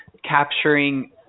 Capturing